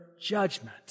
judgment